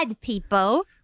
people